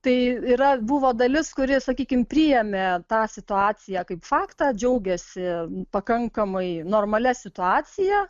tai yra buvo dalis kurie sakykime priėmė tą situaciją kaip faktą džiaugiasi pakankamai normalia situacija